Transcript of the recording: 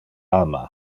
ama